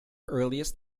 earliest